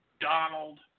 Donald